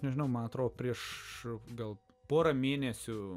nežinau man atrodo prieš gal porą mėnesių